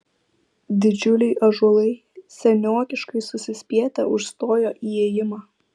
didžiuliai ąžuolai seniokiškai susispietę užstojo įėjimą